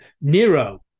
Nero